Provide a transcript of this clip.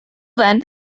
then